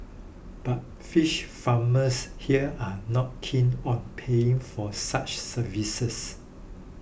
but fish farmers here are not keen on paying for such services